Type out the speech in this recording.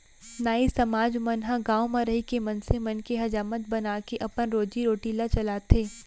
नाई समाज मन ह गाँव म रहिके मनसे मन के हजामत बनाके अपन रोजी रोटी ल चलाथे